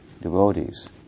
Devotees